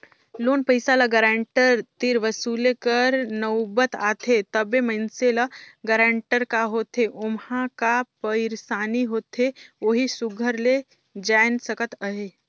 loan पइसा ल guarantor तीर वसूले कर नउबत आथे तबे मइनसे ल गारंटर का होथे ओम्हां का पइरसानी होथे ओही सुग्घर ले जाएन सकत अहे